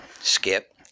Skip